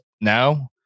now